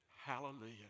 Hallelujah